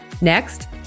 Next